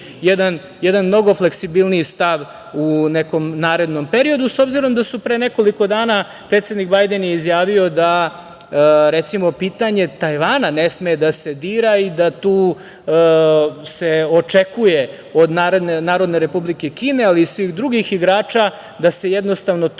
jedan mnogo fleksibilniji stav u nekom narednom periodu, s obzirom da su pre nekoliko dana, predsednik Bajden je izjavio da pitanje Tajvana ne sme da se dira i da tu se očekuje od Narodne Republike Kine, ali i svih drugih igrača da se to stanje koje